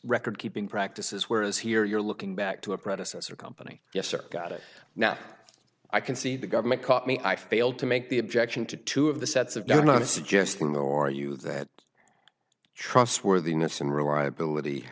record keeping practices whereas here you're looking back to a predecessor company yes or got it now i can see the government caught me i failed to make the objection to two of the sets of don't want to suggesting or you that trustworthiness and reliability